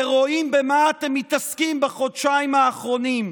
ורואים במה אתם מתעסקים בחודשיים האחרונים,